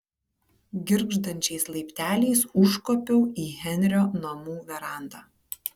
girgždančiais laipteliais užkopiau į henrio namų verandą